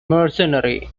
mercenary